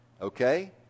Okay